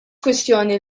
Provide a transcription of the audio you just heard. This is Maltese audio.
kwestjoni